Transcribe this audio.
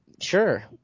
sure